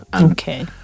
Okay